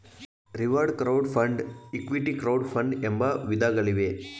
reward crowd fund, equity crowd fund ಎಂಬ ವಿಧಗಳಿವೆ